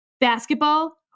basketball